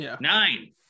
nine